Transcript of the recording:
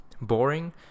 boring